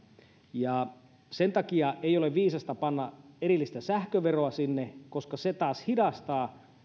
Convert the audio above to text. ja sen takia ei ole viisasta panna erillistä sähköveroa sinne koska se taas hidastaa